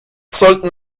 sollten